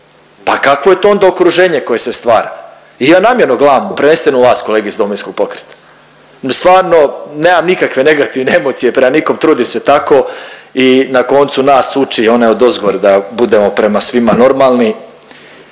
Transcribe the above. pa kakvo je to onda okruženje koje se stvara. I ja namjerno gledam prvenstveno u vas kolege Domovinskog pokreta, stvarno nemam nikakve negativne emocije prema nikom trudim se tako i na koncu nas uči onaj odozgo da budemo prema svima normalni,